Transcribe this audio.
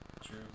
True